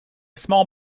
small